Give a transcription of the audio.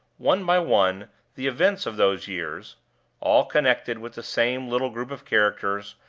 one by one the events of those years all connected with the same little group of characters,